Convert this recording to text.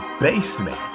basement